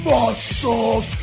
Muscles